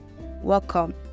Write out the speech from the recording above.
welcome